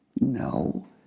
No